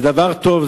זה דבר טוב,